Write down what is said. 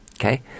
okay